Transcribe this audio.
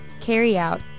carry-out